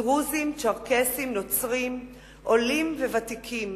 דרוזים, צ'רקסים, נוצרים, עולים וותיקים,